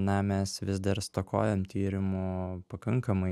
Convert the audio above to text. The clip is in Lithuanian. na mes vis dar stokojam tyrimų pakankamai